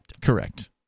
Correct